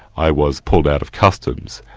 i was pulled out of customs,